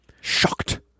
Shocked